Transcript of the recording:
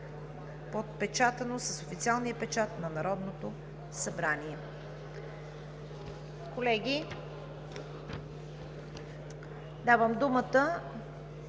подпечатано с официалния печат на Народното събрание. Колеги, давам думата